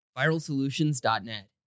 ViralSolutions.net